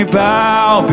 bow